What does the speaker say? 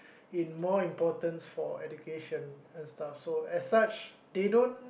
in more importance for education and stuff as such they don't